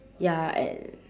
ya and